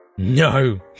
No